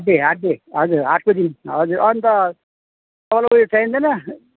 हाट डे हाट डे हजुर हाटको दिन अन्त तपाईँलाई उयो चाहिँदैन